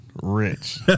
Rich